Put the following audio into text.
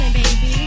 baby